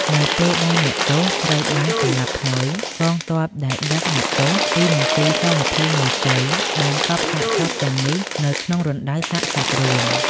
នៅពេលដែលអ្នកទោសត្រូវ បានសម្លាប់ហើយ កងទ័ពដែលដឹកអ្នកទោសពីមន្ទីរស-២១ទៅ បានកប់សាកសពទាំងនេះនៅក្នុងរណ្តៅសាកសពរួម។